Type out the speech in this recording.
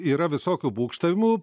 yra visokių būgštavimų